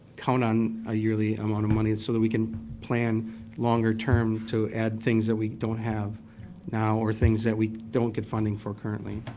count on a yearly amount of money and so that we can plan longer-term to add things that we don't have now are things that we don't get funding for currently.